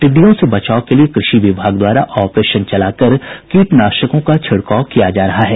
टिड्डियों से बचाव के लिए कृषि विभाग द्वारा ऑपरेशन चलाकर कीटनाशकों का छिड़काव किया जा रहा है